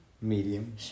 Medium